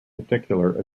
particular